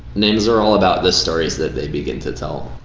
names are all about the stories that they begin to tell.